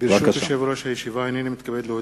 ברשות יושב-ראש הישיבה, הנני מתכבד להודיעכם,